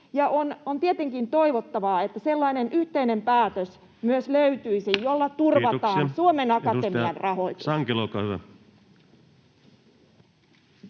On tietenkin toivottavaa, että löytyisi sellainen yhteinen päätös, jolla turvataan Suomen Akatemian rahoitus. Kiitoksia. — Edustaja Sankelo, olkaa hyvä.